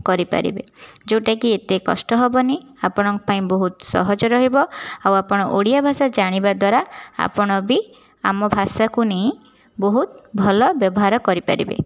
କରିପାରିବେ ଯେଉଁଟାକି ଏତେ କଷ୍ଟ ହେବନାହିଁ ଆପଣଙ୍କ ପାଇଁ ବହୁତ ସହଜ ରହିବ ଆଉ ଆପଣ ଓଡ଼ିଆ ଭାଷା ଜାଣିବା ଦ୍ଵାରା ଆପଣ ବି ଆମ ଭାଷାକୁ ନେଇ ବହୁତ ଭଲ ବ୍ୟବହାର କରିପାରିବେ